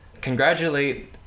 congratulate